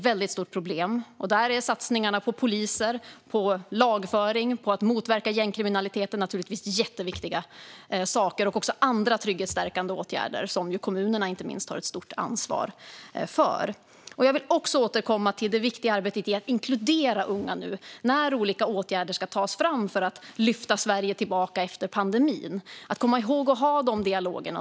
Där är satsningarna på poliser, på lagföring och på att motverka gängkriminaliteten naturligtvis jätteviktiga saker. Det gäller också andra trygghetsstärkande åtgärder som inte minst kommunerna har ett stort ansvar för. Jag vill också återkomma till det viktiga arbetet med att inkludera unga när nu olika åtgärder ska tas fram för att lyfta Sverige tillbaka efter pandemin. Vi måste komma ihåg att ha de dialogerna.